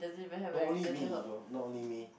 not only me though not only me